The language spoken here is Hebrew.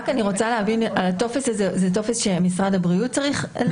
רק אני רוצה להבין הטופס הזה הוא טופס שמשרד הבריאות צריך להכין?